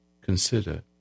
consider